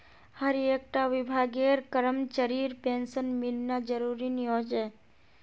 हर एक टा विभागेर करमचरीर पेंशन मिलना ज़रूरी नि होछे